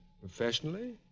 Professionally